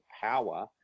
power